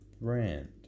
brand